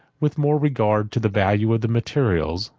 with more regard to the value of the materials,